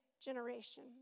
generation